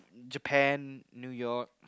Japan New-York